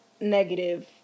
negative